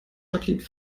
jacqueline